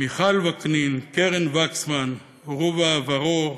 מיכל וקנין, קרן וקסמן, רובא ורור,